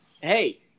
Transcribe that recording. Hey